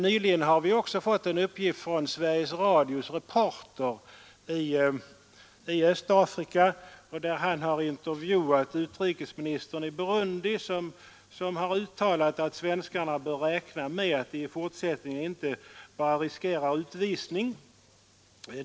Nyligen har vi emellertid från Sveriges Radios reporter i Östafrika, som har intervjuat utrikesministern i Burundi fått uppgiften att denne uttalat att ”svenskarna bör räkna med att de i fortsättningen inte bara riskerar utvisning.